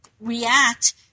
react